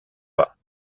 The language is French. pas